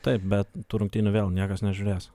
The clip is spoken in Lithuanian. taip bet tų rungtynių vėl niekas nežiūrės